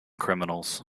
criminals